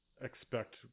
expect